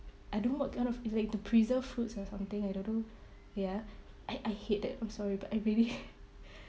I don't know what kind of it's like the preserved fruits or something I don't know ya I I hate that I'm sorry but I really